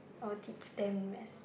I will teach them res~